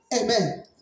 Amen